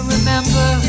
Remember